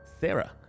Sarah